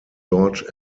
george